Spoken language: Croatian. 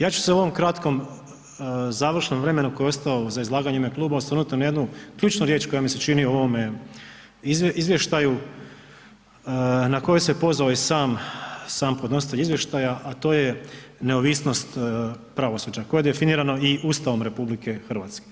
Ja ću se u ovom kratkom završnom vremenu koje ostalo za izlaganje u ime kluba osvrnuti na jednu ključu riječ koja mi se čini u ovome izvještaju, na koju se pozvao i sam podnositelj izvještaja a to je neovisnost pravosuđa koje je definirano i Ustavom RH.